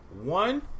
One